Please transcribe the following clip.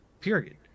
period